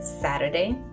Saturday